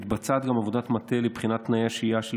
מתבצעת גם עבודת מטה לבחינת תנאי השהייה של